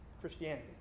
Christianity